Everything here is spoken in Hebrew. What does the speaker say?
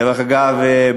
דרך אגב,